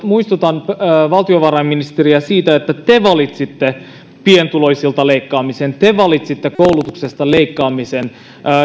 muistutan valtiovarainministeriä siitä että te valitsitte pienituloisilta leikkaamisen te valitsitte koulutuksesta leikkaamisen